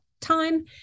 time